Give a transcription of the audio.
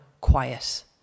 quiet